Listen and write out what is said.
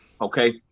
Okay